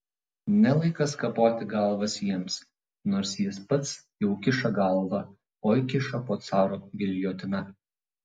ne laikas kapoti galvas jiems nors jis pats jau kiša galvą oi kiša po caro giljotina